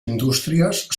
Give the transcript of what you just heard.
indústries